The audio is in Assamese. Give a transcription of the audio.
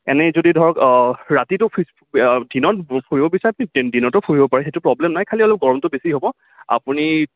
এনেই যদি ধৰক ৰাতিটো দিনত ফুৰিব বিচাৰে আপুনি দিনটো ফুৰিব পাৰে সেইটো প্ৰব্লেম নাই খালী অলপ গৰমটো বেছি হ'ব আপুনি